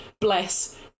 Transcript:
Bless